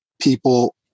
people